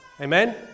Amen